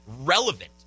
relevant